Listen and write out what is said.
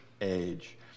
age